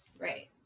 Right